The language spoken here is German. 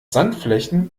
sandflächen